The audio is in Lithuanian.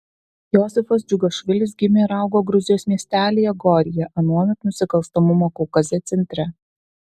josifas džiugašvilis gimė ir augo gruzijos miestelyje goryje anuomet nusikalstamumo kaukaze centre